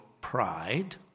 pride